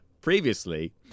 previously